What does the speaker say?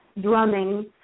drumming